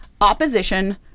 opposition